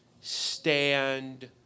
stand